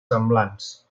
semblants